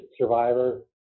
Survivor